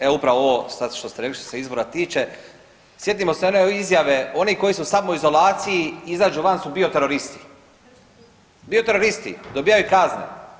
Evo upravo ovo sad što ste rekli što se izbora tiče, sjetimo se one izjave oni koji su u samoizolaciji i izađu van su bioteroristi, bioteroristi dobijaju kazne.